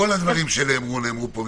כל הדברים שנאמרו פה, נאמרו מפוזיציה.